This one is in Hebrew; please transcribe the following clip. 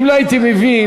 אם לא הייתי מבין,